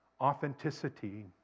authenticity